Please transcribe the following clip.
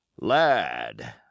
Lad